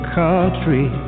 country